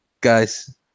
Guys